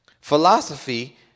philosophy